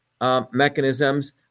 mechanisms